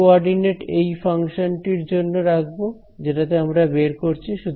কি কোআরডিনেট এই ফাংশন টির জন্য রাখবো যেটাতে আমরা বের করছি